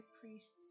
priest's